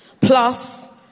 plus